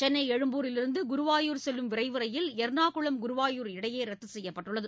சென்னை எழும்பூரிலிருந்து குருவாயூர் செல்லும் விரைவு ரயில் எர்ணாகுளம் குருவாயூர் இடையே ரத்து செய்யப்பட்டுள்ளது